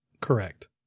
correct